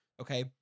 Okay